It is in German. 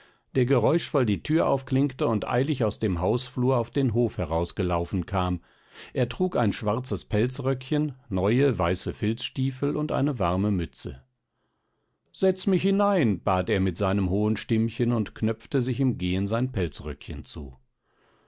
der geräuschvoll die tür aufklinkte und eilig aus dem hausflur auf den hof herausgelaufen kam er trug ein schwarzes pelzröckchen neue weiße filzstiefel und eine warme mütze setz mich hinein bat er mit seinem hohen stimmchen und knöpfte sich im gehen sein pelzröckchen zu